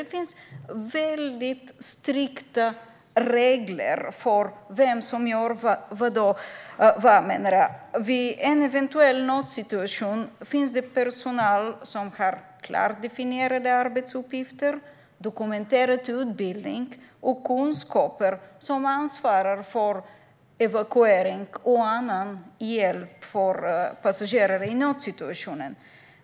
Det finns väldigt strikta regler för vem som gör vad. Vid en eventuell nödsituation finns det personal som har klart definierade arbetsuppgifter, dokumenterad utbildning och kunskaper som ansvarar för evakuering och annan hjälp för passagerare i nödsituationen.